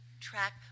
track